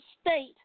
state